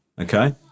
okay